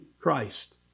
Christ